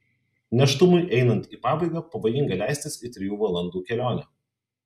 nėštumui einant į pabaigą pavojinga leistis į trijų valandų kelionę